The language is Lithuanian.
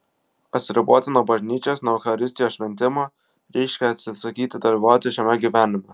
atsiriboti nuo bažnyčios nuo eucharistijos šventimo reiškia atsisakyti dalyvauti šiame gyvenime